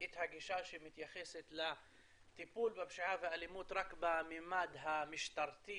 את הגישה שמתייחסת לטיפול בפשיעה והאלימות רק בממד המשטרתי